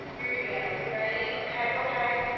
here we go, are you ready? okay, okay.